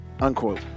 unquote